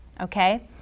Okay